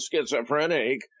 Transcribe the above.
schizophrenic